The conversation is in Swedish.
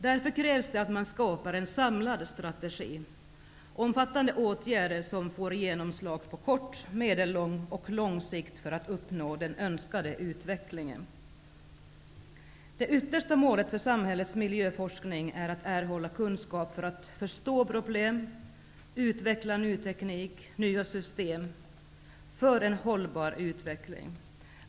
För att uppnå den önskade utvecklingen krävs därför en samlad strategi, omfattande åtgärder som får genomslag på kort, medellång och lång sikt. Det yttersta målet för samhällets miljöforskning är att vi erhåller kunskap för att förstå problem, utveckla ny teknik och nya system för en hållbar utveckling.